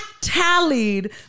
tallied